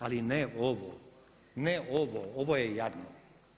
Ali ne ovo, ne ovo, ovo je jadno.